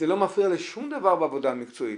זה לא מפריע לשום דבר בעבודה המקצועית,